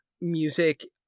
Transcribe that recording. music